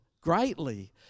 greatly